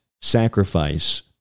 sacrifice